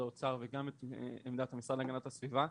האוצר וגם את עמדת המשרד להגנת הסביבה.